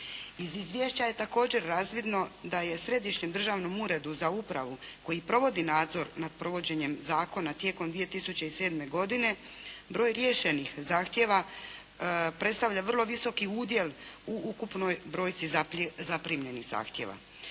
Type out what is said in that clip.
Iz izvješća je također razvidno da je Središnjem državnom uredu za upravu koji provodi nadzor nad provođenjem zakona tijekom 2007. godine broj riješenih zahtjeva predstavlja vrlo visoki udjel u ukupnoj brojci zaprimljenih zahtjeva.